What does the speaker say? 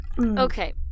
Okay